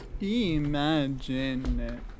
Imagine